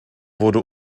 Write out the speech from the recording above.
wurde